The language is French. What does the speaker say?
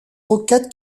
roquettes